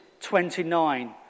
29